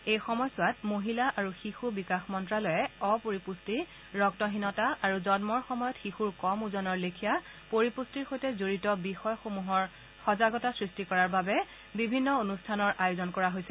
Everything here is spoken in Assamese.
এই সময়ছোৱাত মহিলা আৰু শিশু বিকাশ মন্তালয়ে অপৰিপুষ্টি ৰক্তহীনতা আৰু জন্মৰ সময়ত শিশুৰ কম ওজনৰ লেখিয়া পৰিপুষ্টিৰ সৈতে জড়িত বিষয় সমূহৰ ওপৰত সজাগতা সৃষ্টি কৰাৰ বাবে বিভিন্ন অনুষ্ঠানৰ আয়োজন কৰা হয়